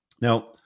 Now